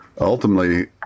ultimately